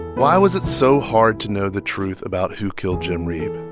why was it so hard to know the truth about who killed jim reeb?